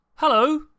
Hello